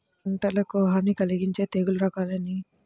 పంటకు హాని కలిగించే తెగుళ్ల రకాలు ఎన్ని?